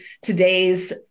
today's